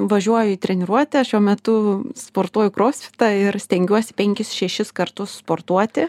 važiuoju į treniruotę šiuo metu sportuoju krosfitą ir stengiuosi penkis šešis kartus sportuoti